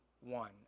one